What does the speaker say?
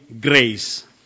grace